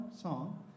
song